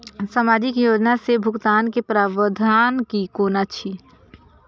सामाजिक योजना से भुगतान के प्रावधान की कोना छै?